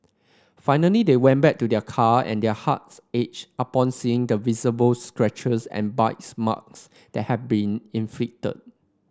finally they went back to their car and their hearts ached upon seeing the visible scratches and bites marks that had been inflicted